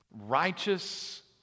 Righteous